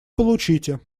получите